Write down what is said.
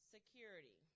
Security